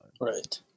Right